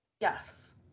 Yes